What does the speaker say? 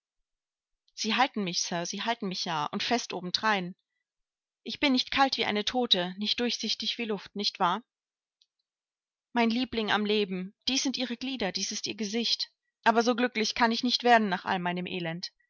sie halten mich sir sie halten mich ja und fest obendrein ich bin nicht kalt wie eine tote nicht durchsichtig wie luft nicht wahr mein liebling am leben dies sind ihre glieder dies ihr gesicht aber so glücklich kann ich nicht werden nach all meinem elend